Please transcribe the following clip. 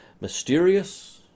mysterious